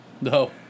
No